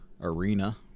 arena